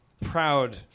proud